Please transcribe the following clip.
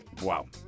Wow